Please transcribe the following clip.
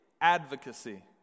advocacy